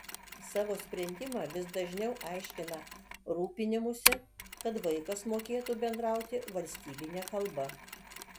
savo sprendimą vis dažniau aiškina rūpinimųsi kad vaikas mokėtų bendrauti valstybine kalba